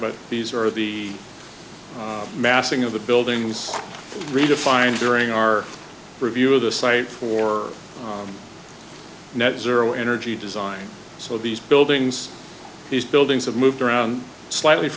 but these are the massing of the buildings redefined during our review of the site for net zero energy design so these buildings these buildings have moved around slightly